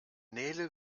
nele